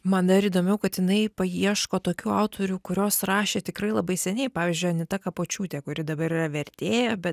man dar įdomiau kad jinai paieško tokių autorių kurios rašė tikrai labai seniai pavyzdžiui anita kapočiūtė kuri dabar yra vertėja bet